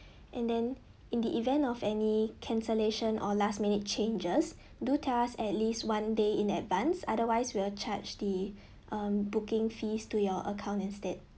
and then in the event of any cancellation or last minute changes do tell us at least one day in advance otherwise we'll charge the um booking fees to your account instead